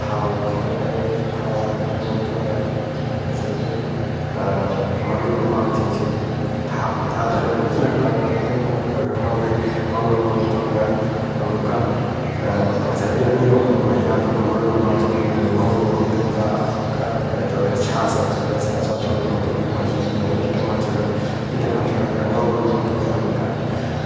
ꯊꯥꯎ ꯈꯤꯇꯪ ꯍꯩꯔꯦ ꯊꯥꯎ ꯍꯩꯔꯕ ꯃꯇꯨꯡꯗ ꯉꯁꯥꯏꯒꯤ ꯃꯔꯣꯏ ꯃꯄꯥꯡꯁꯤꯡꯁꯤ ꯊꯥꯗꯔꯦ ꯐꯖꯅ ꯀꯪꯅ ꯐꯖꯅ ꯑꯣꯠꯂꯒ ꯉꯧꯔꯦ ꯉꯧꯔꯕ ꯃꯇꯨꯡꯗ ꯑꯃꯨꯛꯀ ꯉꯁꯥꯏꯒꯤ ꯑꯅꯤ ꯑꯍꯨꯝꯂꯛ ꯃꯍꯤ ꯍꯥꯞꯄꯒ ꯃꯔꯣꯏ ꯃꯄꯥꯡꯁꯦ ꯃꯨꯟꯅ ꯉꯧꯔꯕ ꯃꯇꯨꯡꯗ ꯑꯃꯨꯛꯀ ꯀꯩꯗꯧꯔꯦ ꯁꯥꯁꯤ ꯍꯥꯞꯆꯟꯂꯦ ꯍꯥꯞꯆꯤꯟꯂꯕ ꯃꯇꯨꯡꯗ ꯃꯍꯤ ꯃꯍꯤ ꯈꯤꯇꯪ ꯍꯥꯞꯆꯤꯟꯂꯦ ꯈꯤꯇꯪ ꯍꯥꯞꯆꯤꯟꯂꯒ ꯉꯧꯔꯕ ꯃꯇꯨꯡꯗ ꯑꯃꯨꯛꯀ